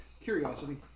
curiosity